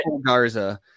Garza